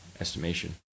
estimation